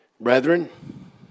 Brethren